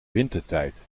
wintertijd